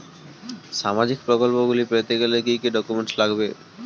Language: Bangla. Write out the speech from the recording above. সামাজিক প্রকল্পগুলি পেতে গেলে কি কি ডকুমেন্টস লাগবে?